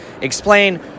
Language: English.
explain